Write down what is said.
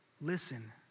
Listen